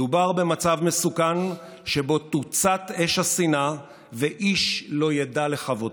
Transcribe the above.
מדובר במצב מסוכן שבו תוצת אש השנאה ואיש לא ידע לכבותה.